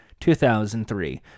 2003